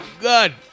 good